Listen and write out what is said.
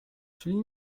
czyli